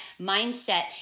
mindset